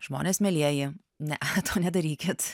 žmonės mielieji ne nedarykit